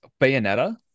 Bayonetta